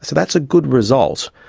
so that's a good result,